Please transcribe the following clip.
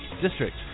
district